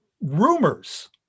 rumors